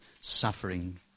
suffering